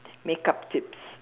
makeup tips